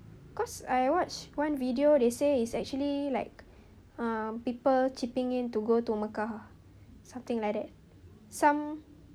cause I watch one video they say it's actually like um people chipping in to go to mekah something like that some